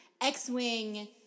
x-wing